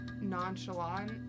nonchalant